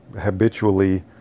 habitually